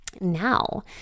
Now